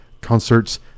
concerts